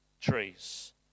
trees